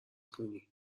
کنی